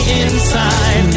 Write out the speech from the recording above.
inside